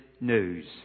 news